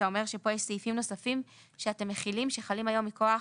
אתה אומר שפה יש סעיפים נוספים שאתם מחילים שחלים היום מכוח?